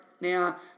now